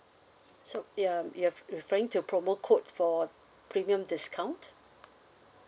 so you're you're referring to promo code for premium discount